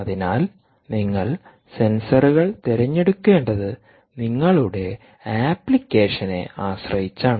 അതിനാൽ നിങ്ങൾ സെൻസറുകൾ തിരഞ്ഞെടുക്കേണ്ടത് നിങ്ങളുടെ ആപ്ലിക്കേഷനെ ആശ്രയിച്ചാണ്